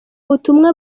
butumwa